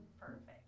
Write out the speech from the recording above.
perfect